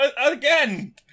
Again